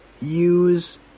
use